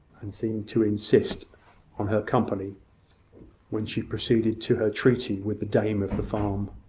and seemed to insist on her company when she proceeded to her treaty with the dame of the farm.